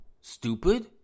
stupid